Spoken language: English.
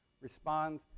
respond